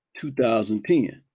2010